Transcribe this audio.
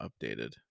updated